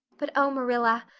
but, oh, marilla,